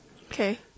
Okay